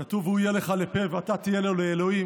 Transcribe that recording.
כתוב: "הוא יהיה לך לפה ואתה תהיה לו לאלהים",